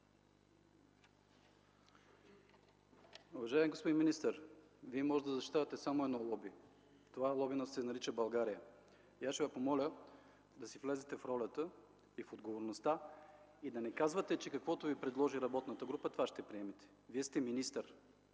Уважаеми господин министър, Вие може да защитавате само едно лоби – това лоби се нарича България. Ще Ви помоля да си влезете в ролята и в отговорността, и да не казвате, че каквото Ви предложи работната група, това ще приемете. Вие сте министър.